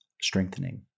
strengthening